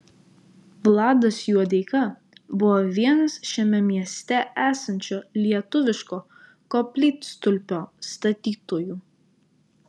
vladas juodeika buvo vienas šiame mieste esančio lietuviško koplytstulpio statytojų